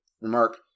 remark